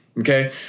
Okay